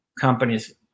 Companies